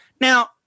Now